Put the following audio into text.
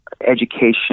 education